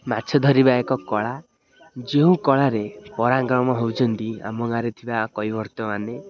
ମାଛ ଧରିବା ଏକ କଳା ଯେଉଁ କଳାରେ ପରାଙ୍ଗମ ହଉଛନ୍ତି ଆମ ଗାଁରେ ଥିବା କୈବର୍ତ୍ତମାନେ